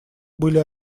были